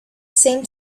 same